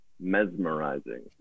mesmerizing